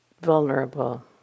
vulnerable